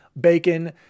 Bacon